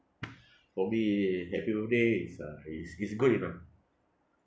for me happy birthday is uh is is good enough